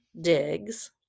digs